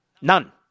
None